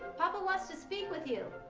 papa wants to speak with you.